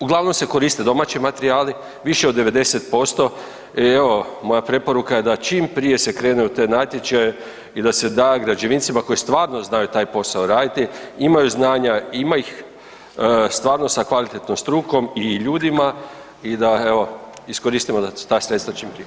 Uglavnom se koriste domaći materijali, više od 90% i evo, moja preporuka je da čim prije se krene u te natječaje i da se da građevincima koji stvarno znaju taj posao raditi, imaju znanja, ima ih stvarno sa kvalitetnom strukom i ljudima i da evo, iskoristimo ta sredstva čim prije.